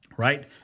right